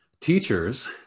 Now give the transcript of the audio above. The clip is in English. Teachers